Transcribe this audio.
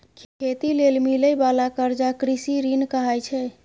खेती लेल मिलइ बाला कर्जा कृषि ऋण कहाइ छै